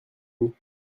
vous